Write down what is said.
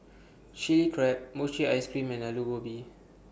Chilli Crab Mochi Ice Cream and Aloo Gobi